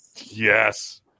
Yes